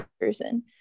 person